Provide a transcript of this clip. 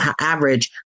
average